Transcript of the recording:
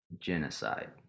genocide